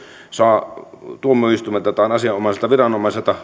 saa tuomioistuimelta tai asianomaiselta viranomaiselta